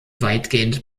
weitgehend